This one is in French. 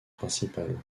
principale